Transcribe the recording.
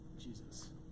Jesus